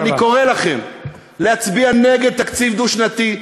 ואני קורא לכם להצביע נגד תקציב דו-שנתי.